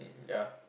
ya